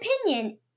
opinion